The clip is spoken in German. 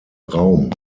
raum